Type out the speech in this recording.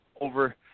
over